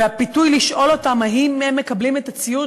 והפיתוי לשאול אותם אם הם מקבלים את הציוד